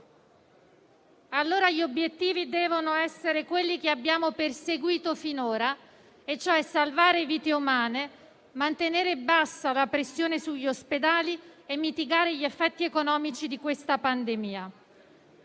Allora, gli obiettivi devono essere quelli che abbiamo perseguito finora: salvare vite umane, mantenere bassa la pressione sugli ospedali e mitigare gli effetti economici di questa pandemia.